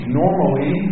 normally